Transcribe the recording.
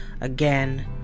Again